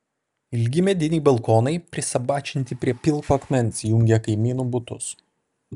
ilgi mediniai balkonai prisabačinti prie pilko akmens jungia kaimynų butus